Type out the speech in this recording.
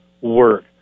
work